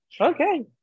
Okay